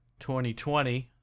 2020